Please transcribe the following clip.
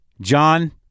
John